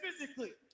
physically